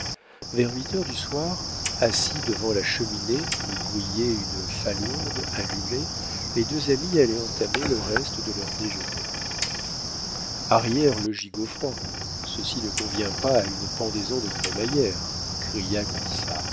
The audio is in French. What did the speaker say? vers huit heures du soir assis devant la cheminée où brillait une falourde allumée les deux amis allaient entamer le reste de leur déjeuner arrière le gigot froid ceci ne convient pas à une pendaison de crémaillère cria